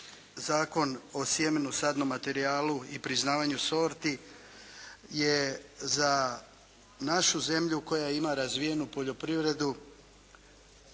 Zakon o sjemenu, sadnom materijalu i priznavanju sorti je za našu zemlju koja ima razvijenu poljoprivredu